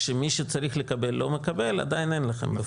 כשמי שצריך לקבל לא מקבל עדיין אין לכם.